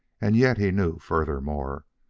and yet he knew, furthermore,